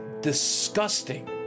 disgusting